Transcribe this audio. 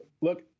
Look